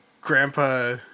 Grandpa